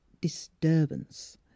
disturbance